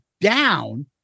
down